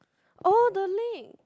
oh the link